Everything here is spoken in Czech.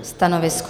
Stanovisko?